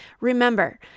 Remember